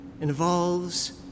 involves